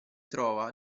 trova